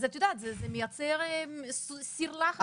אז את יודעת, זה מייצר סיר לחץ שם.